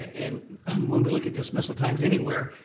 and um when we look at dismissal times anywhere,